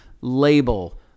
label